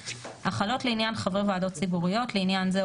החלות לעניין חברי ועדות ציבוריות; לעניין זה,